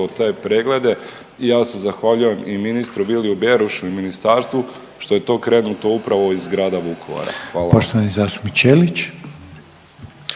te preglede. I ja se zahvaljujem i ministru Viliju Berošu i ministarstvu što je to krenuto upravo iz grada Vukovara. Hvala